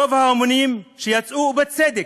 רוב ההמונים שיצאו, ובצדק,